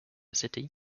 city